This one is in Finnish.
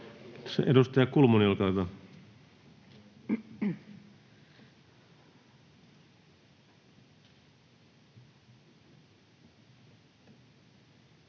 Edustaja Kulmuni, olkaa hyvä.